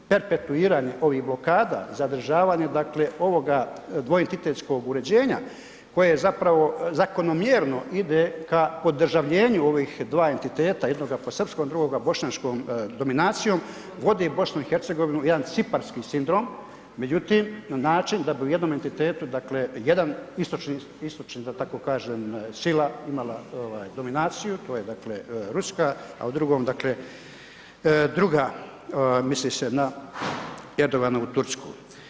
Perpetuiranje ovih blokada zadržavanja ovoga dvoentitetskog uređenja koje je zapravo zakonomjerno, ide ka podržavljenju ovih dva entiteta, jednog po srpskoj, drugoga bošnjačkoj dominacijom, vode BiH jedan ciparski sindrom, međutim, na način da bi u jednome entitetu, dakle jedan istočni, da tako kažem sila imala dominaciju, to je dakle ruska a u drugom druga, misli se na Erdoganovu tursku.